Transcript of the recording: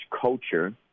culture